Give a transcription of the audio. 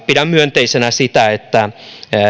pidän myönteisenä sitä että